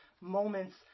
moments